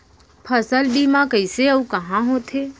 फसल बीमा कइसे अऊ कहाँ होथे?